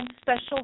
special